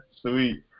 sweet